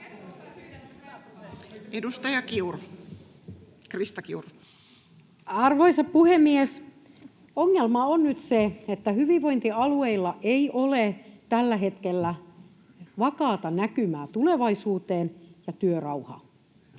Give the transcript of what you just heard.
Time: 15:25 Content: Arvoisa puhemies! Ongelma on nyt se, että hyvinvointialueilla ei ole tällä hetkellä vakaata näkymää tulevaisuuteen ja työrauhaa.